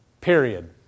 Period